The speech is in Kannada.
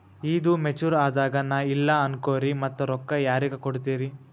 ಈದು ಮೆಚುರ್ ಅದಾಗ ನಾ ಇಲ್ಲ ಅನಕೊರಿ ಮತ್ತ ರೊಕ್ಕ ಯಾರಿಗ ಕೊಡತಿರಿ?